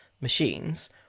machines